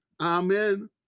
Amen